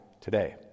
today